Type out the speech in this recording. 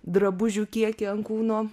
drabužių kiekį an kūno